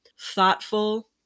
thoughtful